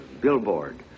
billboard